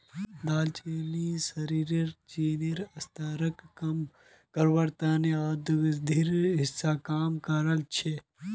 दालचीनी शरीरत चीनीर स्तरक कम करवार त न औषधिर हिस्सा काम कर छेक